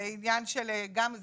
הדסה זה עניין, בסוף,